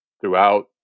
throughout